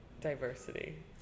diversity